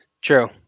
True